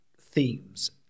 themes